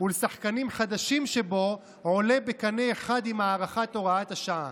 ולשחקנים חדשים שבו עולה בקנה אחד עם הארכת הוראת השעה.